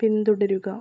പിന്തുടരുക